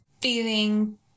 feeling